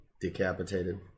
decapitated